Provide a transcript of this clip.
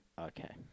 Okay